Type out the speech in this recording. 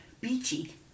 beachy